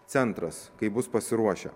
centras kaip bus pasiruošę